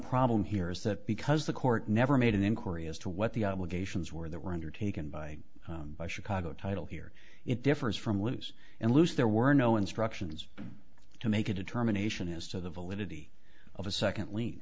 problem here is that because the court never made an inquiry as to what the obligations were that were undertaken by by chicago title here it differs from lose and lose there were no instructions to make a determination as to the validity of a second li